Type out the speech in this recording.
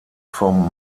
vom